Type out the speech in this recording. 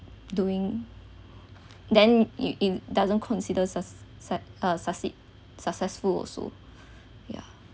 doing then it it doesn't consider su~ su~ uh succeed successful also ya